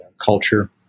culture